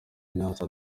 ignace